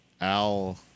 Al